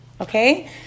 okay